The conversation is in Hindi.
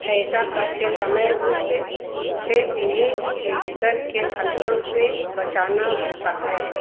ऐसा करते समय उस उसे उन्हें स्तर के खतरों से बचाना होता है